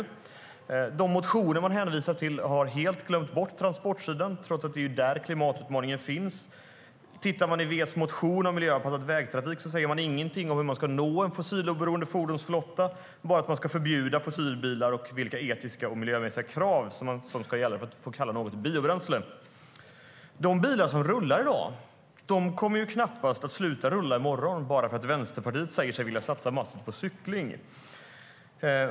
I de motioner man hänvisar till har man helt glömt bort transportsidan trots att det är där klimatutmaningen finns. Om man tittar i V:s motion om miljöanpassad vägtrafik hittar man ingenting om hur man ska nå en fossiloberoende fordonsflotta. Det står bara att man ska förbjuda fossilbilar och vilka etiska och miljömässiga krav som ska gälla för att något ska få kallas biobränsle.De bilar som rullar i dag kommer knappast att sluta rulla i morgon bara för att Vänsterpartiet säger sig vilja satsa på cykling.